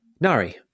Nari